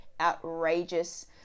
outrageous